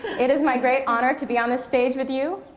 it is my great honor to be on the stage with you.